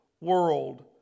world